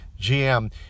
GM